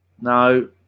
no